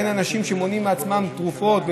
שאין אנשים שמונעים מעצמם תרופות,